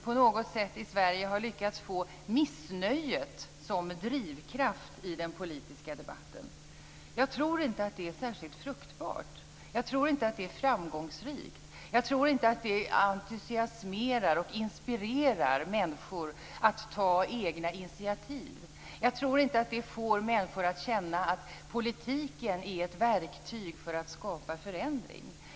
På något sätt har vi i Sverige lyckats få missnöjet som drivkraft i den politiska debatten. Jag tror inte att det är särskilt fruktbart. Jag tror inte att det är framgångsrikt. Jag tror inte att det entusiasmerar och inspirerar människor att ta egna initiativ. Jag tror inte att det får människor att känna att politiken är ett verktyg för att skapa förändring.